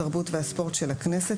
התרבות והספורט של הכנסת,